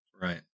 Right